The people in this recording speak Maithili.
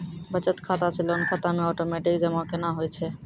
बचत खाता से लोन खाता मे ओटोमेटिक जमा केना होय छै?